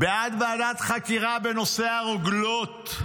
ובעד ועדת חקירה בנושא הרוגלות.